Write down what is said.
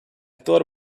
thought